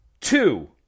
Two